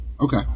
Okay